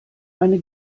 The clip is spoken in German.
eine